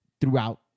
throughout